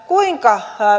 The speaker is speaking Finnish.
kuinka